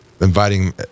inviting